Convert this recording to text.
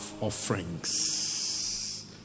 offerings